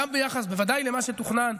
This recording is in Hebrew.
בוודאי ביחס למה שתוכנן.